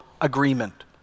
agreement